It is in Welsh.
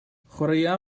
chwaraea